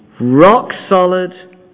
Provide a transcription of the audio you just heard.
rock-solid